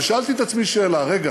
ושאלתי את עצמי שאלה: רגע,